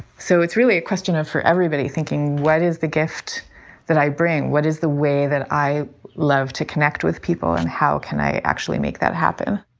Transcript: so it's really a question of for everybody thinking what is the gift that i bring? what is the way that i love to connect with people? and how can i actually make that happen?